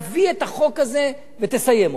תביא את החוק הזה ותסיים אותו.